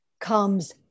comes